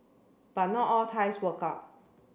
but not all ties work out